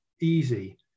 easy